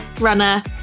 runner